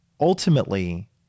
ultimately